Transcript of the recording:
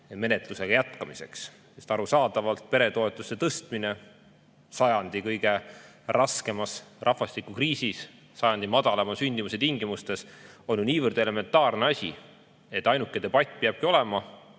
menetluse jätkamiseks. Arusaadavalt on peretoetuste tõstmine sajandi kõige raskema rahvastikukriisi ajal, sajandi madalaima sündimuse tingimustes ju niivõrd elementaarne asi, et ainuke debatt peabki olema